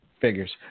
figures